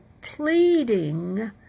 pleading